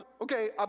okay